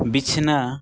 ᱵᱤᱪᱷᱱᱟᱹ